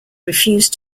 refused